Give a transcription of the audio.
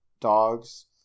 dogs